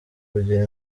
kugira